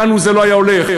אתנו זה לא היה הולך.